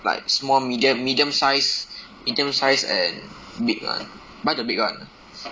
like small medium medium size medium size and big [one] buy the big [one]